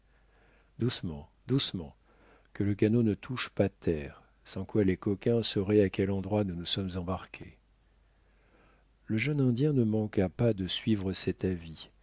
doucement doucement que le canot ne touche pas terre sans quoi les coquins sauraient à quel endroit nous nous sommes embarqués le jeune indien ne manqua pas de suivre cet avis